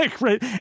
right